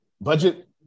budget